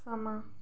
समां